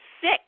sick